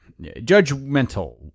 Judgmental